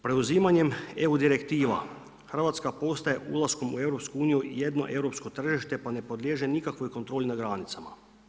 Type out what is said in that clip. Preuzimanjem eu direktiva Hrvatska postaje ulaskom u EU jedno europsko tržište pa ne podliježe nikakvoj kontroli na granicama.